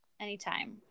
anytime